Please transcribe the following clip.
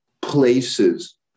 places